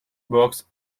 box